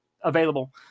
available